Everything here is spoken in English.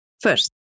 First